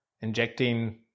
injecting